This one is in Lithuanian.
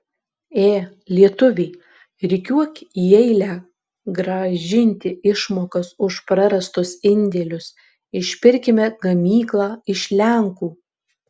ė lietuviai rikiuok į eilę grąžinti išmokas už prarastus indėlius išpirkime gamyklą iš lenkų